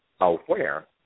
aware